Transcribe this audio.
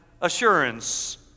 assurance